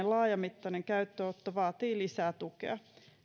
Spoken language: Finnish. laajamittainen käyttöönotto vaatii lisää tukea